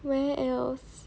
where else